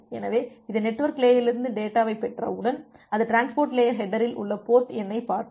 எனவே இது நெட்வொர்க் லேயரிலிருந்து டேட்டாவைப் பெற்றவுடன் அது டிரான்ஸ்போர்ட் லேயர் ஹெட்டரில் உள்ள போர்ட் எண்ணைப் பார்க்கும்